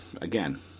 Again